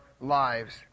lives